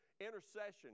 intercession